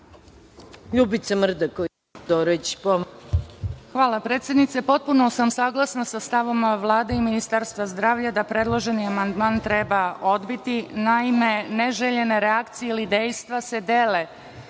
**Ljubica Mrdaković Todorović** Hvala predsednice. Potpuno sam saglasna sa stavom Vlade i Ministarstva zdravlja da predloženi amandman treba odbiti. Naime, neželjene reakcije ili dejstva se dele,